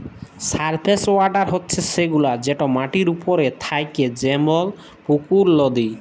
surface water হছে সেগুলা যেট মাটির উপরে থ্যাকে যেমল পুকুর, লদী